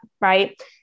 Right